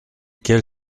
quel